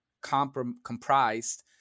comprised